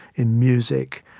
in music,